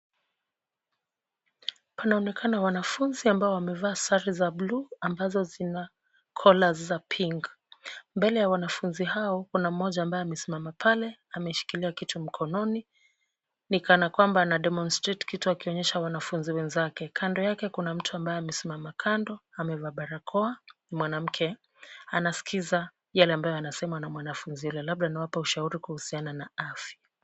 Kunaonekana wanafunzi ambao wamevaa sare za blue ambazo zina collers za pink mbele ya wanafunzi hao kuna mmoja ambaye amesimama pale ameshikilia kitu mkononi ni kana kwamba ana demostrate kitu akionyesha wanafunzi wenzake. Kando yake kuna mtu ambaye amesimama kando amevaa barakoa ni mwanamke anaskiza yale ambayo yanasemwa na mwanafunzi yule, labda anawapa ushauri kuhusiana na afya.